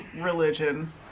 religion